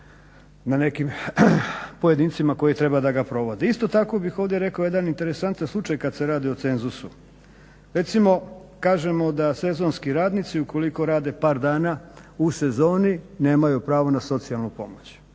na nekim pojedincima koji treba da ga provode. Isto tako bih ovdje rekao jedan interesantan slučaj kad se radi o cenzusu. Recimo kažemo da sezonski radnici ukoliko rade par dana u sezoni nemaju pravo na socijalnu pomoć.